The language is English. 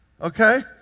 okay